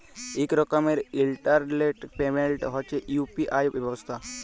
ইক রকমের internet payment হছে ইউ.পি.আই ব্যবস্থা